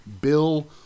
Bill